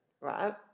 right